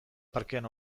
parkean